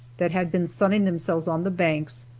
that had been sunning themselves on the banks,